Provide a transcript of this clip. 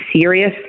serious